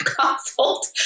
consult